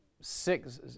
six